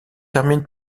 termine